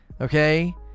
okay